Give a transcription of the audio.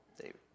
David